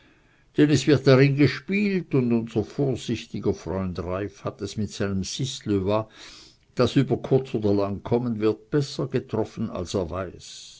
denn es wird darin gespielt und unser vorsichtiger freund reiff hat es mit seinem six le va das über kurz oder lang kommen wird besser getroffen als er weiß